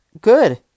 good